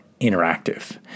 interactive